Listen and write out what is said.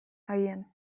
agian